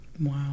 Wow